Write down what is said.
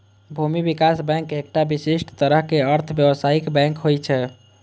भूमि विकास बैंक एकटा विशिष्ट तरहक अर्ध व्यावसायिक बैंक होइ छै